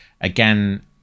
again